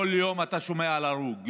כל יום אתה שומע על הרוג,